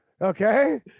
okay